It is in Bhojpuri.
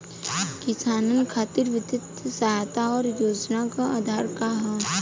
किसानन खातिर वित्तीय सहायता और योजना क आधार का ह?